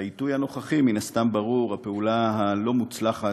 והעיתוי הנוכחי מן הסתם ברור, הפעולה הלא-מוצלחת